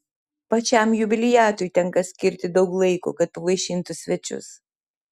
pačiam jubiliatui tenka skirti daug laiko kad pavaišintų svečius